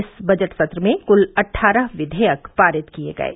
इस बजट सत्र में कुल अट्ठारह विधेयक पारित किये गये